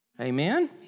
Amen